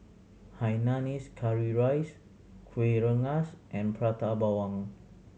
hainanese curry rice Kueh Rengas and Prata Bawang